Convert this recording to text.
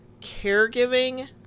caregiving